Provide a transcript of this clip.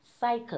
cycle